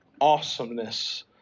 awesomeness